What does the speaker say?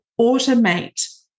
automate